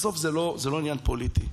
בסוף זה לא עניין פוליטי.